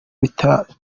bitatu